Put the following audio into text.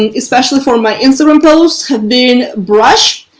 and especially for my instagram posts has been brush.